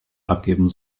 abgeben